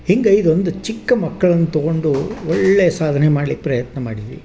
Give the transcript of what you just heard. ಹಿಂಗೆ ಇದೊಂದು ಚಿಕ್ಕ ಮಕ್ಳನ್ನು ತಗೊಂಡು ಒಳ್ಳೆಯ ಸಾಧನೆ ಮಾಡ್ಲಿಕ್ಕೆ ಪ್ರಯತ್ನ ಮಾಡಿದ್ವಿ